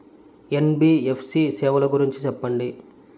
NBFC సేవల గురించి సెప్పండి?